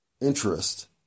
interest